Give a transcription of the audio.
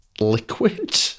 liquid